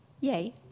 yay